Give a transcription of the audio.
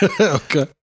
Okay